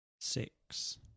Six